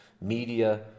Media